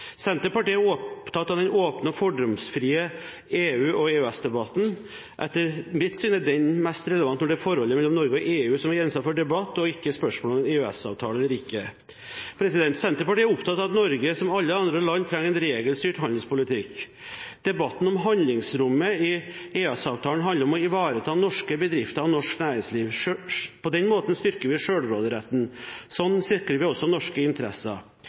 Senterpartiet er opptatt av den åpne og fordomsfrie EU- og EØS-debatten. Etter mitt syn er den mest relevant når det er forholdet mellom Norge og EU som er gjenstand for debatt, og ikke spørsmålet om en EØS-avtale eller ikke. Senterpartiet er opptatt av at Norge, som alle andre land, trenger en regelstyrt handelspolitikk. Debatten om handlingsrommet i EØS-avtalen handler om å ivareta norske bedrifter og norsk næringsliv. På den måten styrker vi sjølråderetten. Slik sikrer vi også norske interesser.